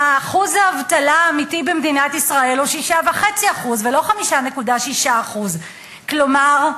אחוז האבטלה האמיתי במדינת ישראל הוא 6.5% ולא 5.6%. כלומר,